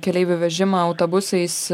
keleivių vežimą autobusais